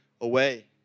away